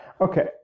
Okay